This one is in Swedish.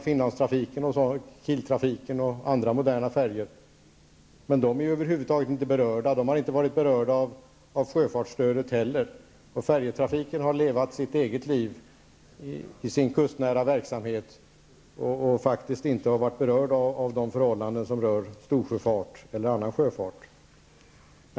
Finlandstrafiken, Kieltrafiken m.m., men de är över huvud taget inte berörda -- inte heller av sjöfartsstödet. Färjetrafiken har levt sitt eget liv i sin kustnära verksamhet och har inte berörts av förhållanden som rör storsjöfart eller annan sjöfart.